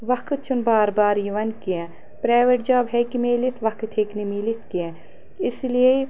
وقت چھُنہٕ بار بار یِوان کینٛہہ پریویٹ جاب ہٮ۪کہِ ملِتھ وقت ہٮ۪کہِ نہٕ میٖلِتھ کینٛہہ اسی لیے